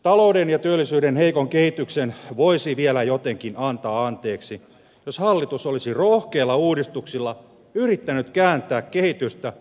talouden ja työllisyyden heikon kehityksen voisi vielä jotenkin antaa anteeksi jos hallitus olisi rohkeilla uudistuksilla yrittänyt kääntää kehitystä mutta ei